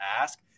ask